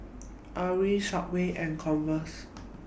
Arai Subway and Converse